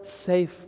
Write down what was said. safe